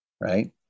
right